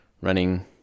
Running